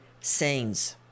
scenes